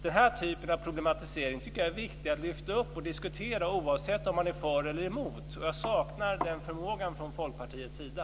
Den här typen av problematisering tycker jag är viktig att lyfta upp och diskutera oavsett om man är för eller emot. Jag saknar den förmågan från Folkpartiets sida.